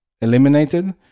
eliminated